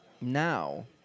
Now